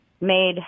made